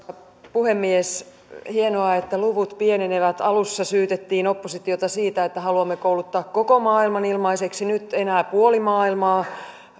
puhemies hienoa että luvut pienenevät alussa syytettiin oppositiota siitä että haluamme kouluttaa koko maailman ilmaiseksi nyt enää puoli maailmaa